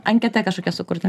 anketa kažkokia sukurta